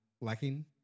lacking